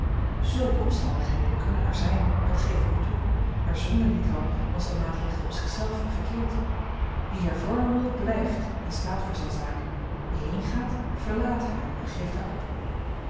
zulke omstandigheden kunnen er zijn dat geef ik u toe maar zonder dien drang was de maatregel op zich zelf verkeerd wie hervormen wil blijft en staat voor zijne zaak wie heengaat verlaat haar en geeft haar op